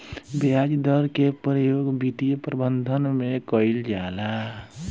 ब्याज दर के प्रयोग वित्तीय प्रबंधन में कईल जाला